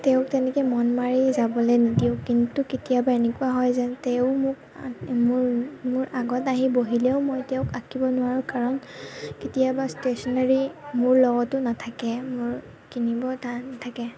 তেওঁক তেনেকে মন মাৰি যাবলৈ নিদিওঁ কিন্তু কেতিয়াবা এনেকুৱা হয় যে তেওঁ মোক মোৰ মোৰ আগত আহি বহিলেও মই তেওঁক আঁকিব নোৱাৰো কাৰণ কেতিয়াবা ষ্টেচনাৰী মোৰ লগতো নাথাকে মোৰ কিনিবও টান থাকে